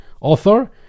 author